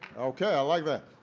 okay, i like that.